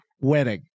wedding